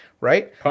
right